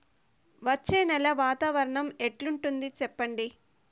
వచ్చే నెల వాతావరణం ఎట్లుంటుంది చెప్పండి?